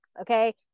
okay